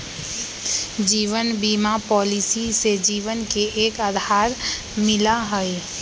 जीवन बीमा पॉलिसी से जीवन के एक आधार मिला हई